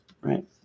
Right